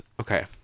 okay